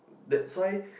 that's why